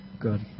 good